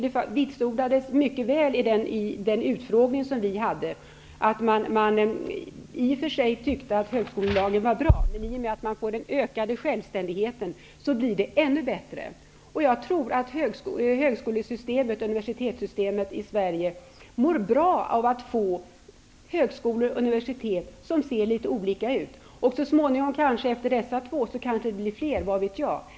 Det vitsordades mycket väl i den utfrågning som vi genomförde att man i och för sig tyckte att högskolelagen var bra, men att det blir ännu bättre i och med att man får den ökade självständigheten. Jag tror att universitets och högskolesystemet i Sverige mår bra av att få universitet och högskolor som ser litet olika ut. Efter de två nu aktuella blir det kanske fler -- vad vet jag.